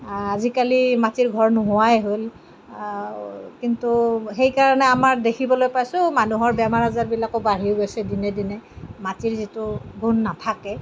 আজিকালি মাটিৰ ঘৰ নোহোৱাই হ'ল কিন্তু সেইকাৰণে আমাৰ দেখিবলৈ পাইছো মানুহৰ বেমাৰ আজাৰবিলাকো বাঢ়ি গৈছে দিনে দিনে মাটিৰ যিটো গোন্ধ নাথাকে